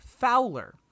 Fowler